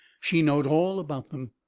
she knowed all about them,